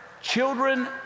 Children